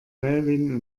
melvin